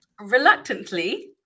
Reluctantly